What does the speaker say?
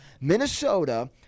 Minnesota